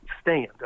stand